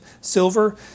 silver